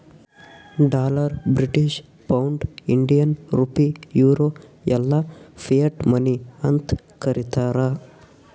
dollar, British pound, Indian rupee, euro ಎಲ್ಲಾ fiat money ಅಂತ್ ಕರೀತಾರ